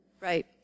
Right